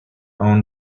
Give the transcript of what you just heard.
own